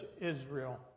Israel